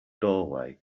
doorway